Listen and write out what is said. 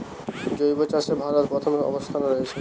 জৈব চাষে ভারত প্রথম অবস্থানে রয়েছে